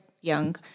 young